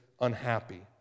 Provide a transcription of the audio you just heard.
unhappy